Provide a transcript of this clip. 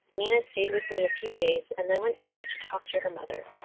nina stayed with me a few days, and then went back to talk to her mother.